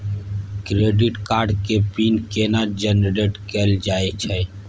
Credit card के PIN केना generate कैल जाए छै?